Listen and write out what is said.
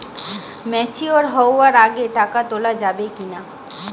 Mature হওয়ার আগে টাকা তোলা যাবে কিনা?